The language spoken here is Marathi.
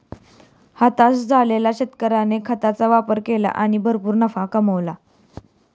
हताश झालेल्या शेतकऱ्याने खताचा वापर केला आणि भरपूर नफा कमावला